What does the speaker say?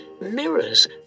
mirrors